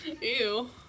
Ew